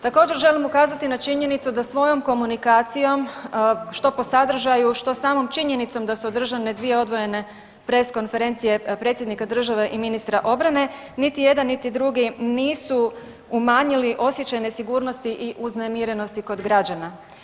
Također želim ukazati na činjenicu da svojom komunikacijom što po sadržaju, što samom činjenicom da su održane dvije odvojene press konferencije predsjednika države i ministra obrane, niti jedan, niti drugi nisu umanjili osjećaj nesigurnosti i uznemirenosti kod građana.